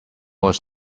was